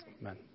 Amen